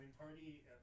party